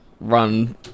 run